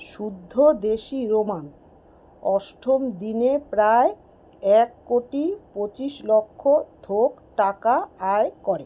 শুদ্ধ দেশি রোমান্স অষ্টম দিনে প্রায় এক কোটি পঁচিশ লক্ষ থোক টাকা আয় করে